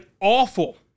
awful